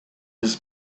his